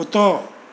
कुतो